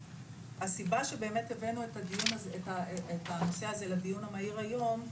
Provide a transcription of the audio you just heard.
הסיבה שבאמת הבאנו את הנושא הזה לדיון המהיר היום,